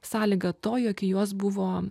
sąlyga to jog į juos buvo